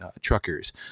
truckers